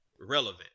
relevant